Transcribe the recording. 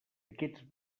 aquests